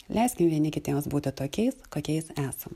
leiskim vieni kitiems būti tokiais kokiais esam